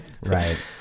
right